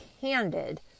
candid